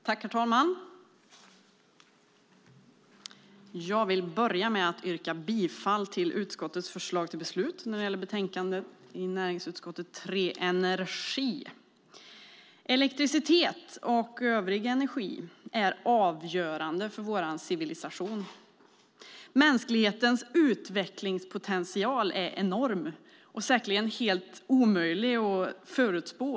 Herr talman! Jag vill börja med att yrka bifall till utskottets förslag till beslut i betänkandet NU3, Energi . Elektricitet och övrig energi är avgörande för vår civilisation. Mänsklighetens utvecklingspotential är enorm, säkerligen helt omöjlig att förutspå.